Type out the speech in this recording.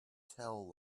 tell